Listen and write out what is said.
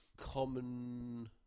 Common